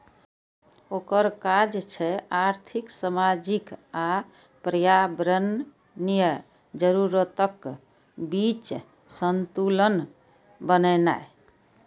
ओकर काज छै आर्थिक, सामाजिक आ पर्यावरणीय जरूरतक बीच संतुलन बनेनाय